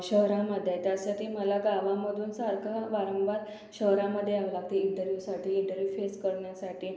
शहरांमध्येत त्यासाठी मला गावांमधून सारखं वारंवार शहरामध्ये यावं लागते इंटरव्यूसाठी इंटरव्यू फेस करण्यासाठी